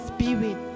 Spirit